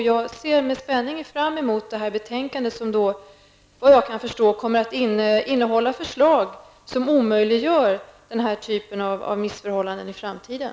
Jag ser med spänning fram emot det betänkande som efter vad jag förstår kommer att innehålla förslag som i framtiden omöjliggör den här typen av missförhållanden.